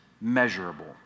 measurable